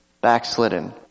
backslidden